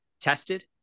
tested